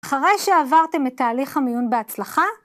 אחרי שעברתם את תהליך המיון בהצלחה,